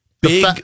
Big